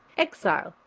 exile,